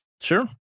Sure